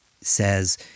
says